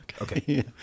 Okay